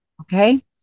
Okay